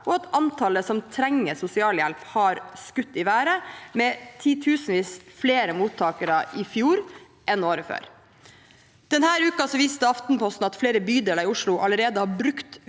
og at antallet som trenger sosialhjelp, har skutt i været, med titusenvis flere mottakere i fjor enn året før. Denne uken viste Aftenposten at flere bydeler i Oslo allerede har brukt